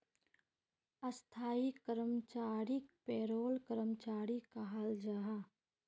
स्थाई कर्मचारीक पेरोल कर्मचारी कहाल जाहा